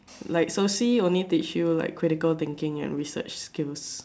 like social only teach you like critical thinking and research skills